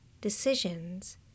decisions